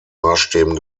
maßstäben